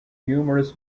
numerous